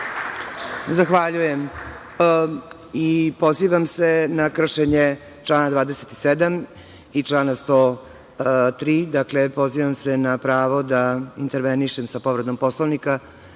Zahvaljujem se i pozivam se na kršenje člana 27. i člana 103. Dakle, pozivam se na pravo da intervenišem sa povredom Poslovnika